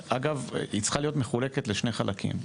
אגב, היא צריכה להיות מחולקת לשני חלקים.